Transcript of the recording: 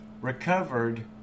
recovered